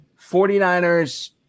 49ers